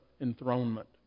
enthronement